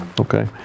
Okay